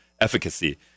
Efficacy